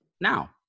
now